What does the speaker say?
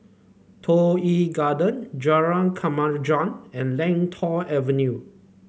Toh Yi Garden Jalan Kemajuan and Lentor Avenue